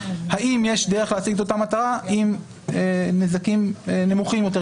השאלה היא האם יש דרך להשיג את אותה מטרה עם נזקים נמוכים יותר,